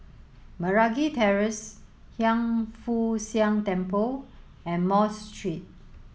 Meragi Terrace Hiang Foo Siang Temple and Mosque Street